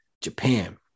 Japan